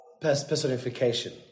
personification